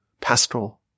pastoral